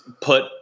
put